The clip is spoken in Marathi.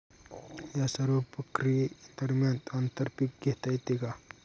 या सर्व प्रक्रिये दरम्यान आंतर पीक घेता येते का?